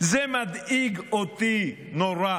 זה מדאיג אותי נורא.